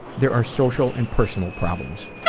there are social and personal problems.